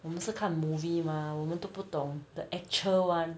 我们是看 movie mah 我们都不懂 the actual one